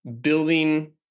building